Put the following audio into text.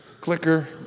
clicker